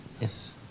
Yes